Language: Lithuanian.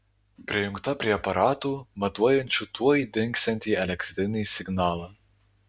prijungta prie aparatų matuojančių tuoj dingsiantį elektrinį signalą